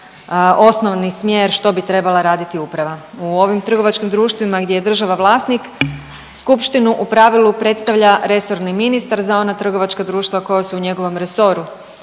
osnovni smjer što bi trebala raditi uprava. U ovim trgovačkim društvima gdje je država vlasnik skupštinu u pravilu predstavlja resorni ministar za ona trgovačka društva koja su u njegovom resoru,